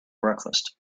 breakfast